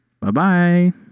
Bye-bye